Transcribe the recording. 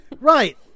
Right